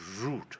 root